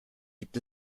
gibt